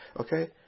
Okay